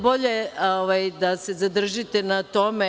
Bolje da se zadržite na tome.